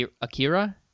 Akira